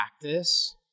practice